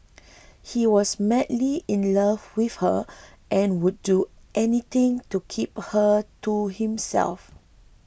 he was madly in love with her and would do anything to keep her to himself